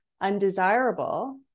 undesirable